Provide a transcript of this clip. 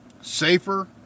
safer